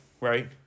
right